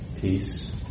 peace